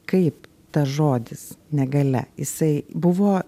kaip tas žodis negalia jisai buvo